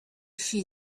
she